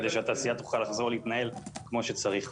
כדי שהתעשייה תוכל לחזור להתנהל כמו שצריך.